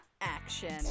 action